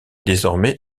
désormais